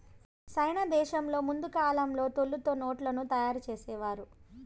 సైనా దేశంలో ముందు కాలంలో తోలుతో నోట్లను తయారు చేసేవారు